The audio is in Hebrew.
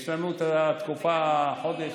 יש לנו תקופה של חודש,